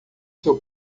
seu